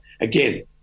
again